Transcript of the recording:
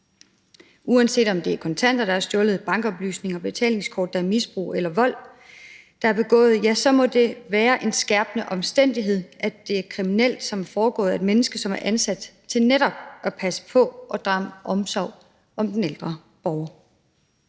Uanset om det er kontanter, der er stjålet, eller det er bankoplysninger og betalingskort, der er blevet misbrugt, eller der er begået vold, så må det være en skærpende omstændighed, at der er foregået noget kriminelt af et menneske, som er ansat til netop at passe på og drage omsorg om den ældre borger.